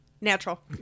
Natural